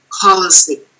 policy